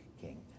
king